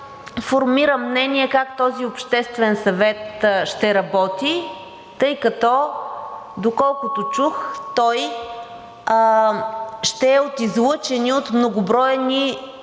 формирам мнение как този обществен съвет ще работи, тъй като, доколкото чух, той ще е от излъчени от многобройни